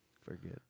forget